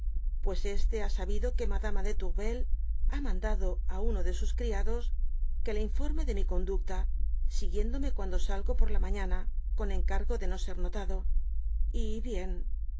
pues este ha sabido que madama de tonrvel ha mandado á uno de sus criados que le informe de mi conducta siguiéndome cuando salgo por la mañana con encargo de no ser notado y bien